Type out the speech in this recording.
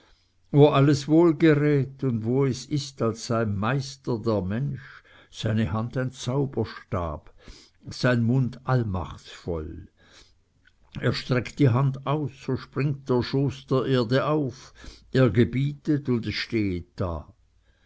wo alles wohl gerät und wo es ist als sei meister der mensch seine hand ein zauberstab sein mund allmachtsvoll er streckt die hand aus so springt der schoß der erde auf er gebietet und es stehet da